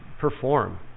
perform